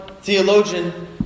theologian